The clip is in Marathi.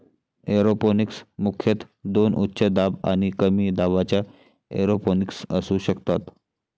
एरोपोनिक्स मुख्यतः दोन उच्च दाब आणि कमी दाबाच्या एरोपोनिक्स असू शकतात